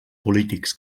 polítics